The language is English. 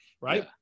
right